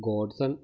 godson